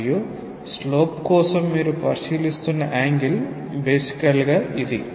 మరియు స్లోప్ కోసం మీరు పరిశీలిస్తున్న యాంగిల్ బేసికల్ గా ఇది